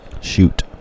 Shoot